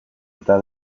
eta